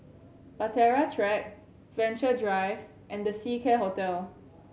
Bahtera Track Venture Drive and The Seacare Hotel